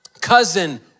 cousin